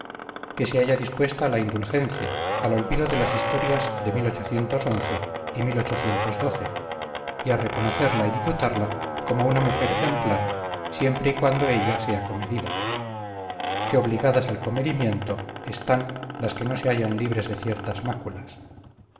que se halla dispuesta a la indulgencia al olvido de las historias de y y a reconocerla y diputarla como una mujer ejemplar siempre y cuando ella sea comedida que obligadas al comedimiento están las que no se hallan libres de ciertas máculas